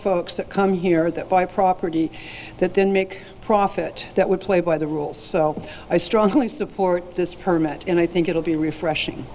folks that come here that buy property that then make a profit that would play by the rules so i strongly support this permit and i think it will be refreshing